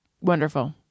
Wonderful